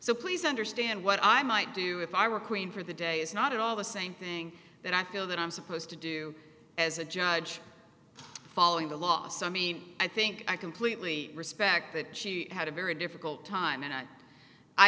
so please understand what i might do if i were queen for the day is not at all the same thing that i feel that i'm supposed to do as a judge following the law so i mean i think i completely respect that she had a very difficult time and i